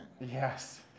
Yes